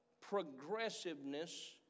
progressiveness